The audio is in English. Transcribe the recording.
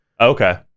Okay